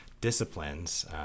disciplines